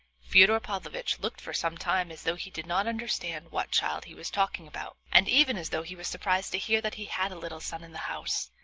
fyodor pavlovitch looked for some time as though he did not understand what child he was talking about, and even as though he was surprised to hear that he had a little son in the house.